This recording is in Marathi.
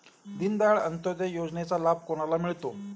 दीनदयाल अंत्योदय योजनेचा लाभ कोणाला मिळतो?